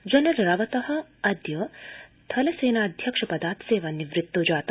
general Rawat अद्य थलसेनाध्यक्ष पदात् सेवानिवृत्त जात